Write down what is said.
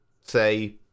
say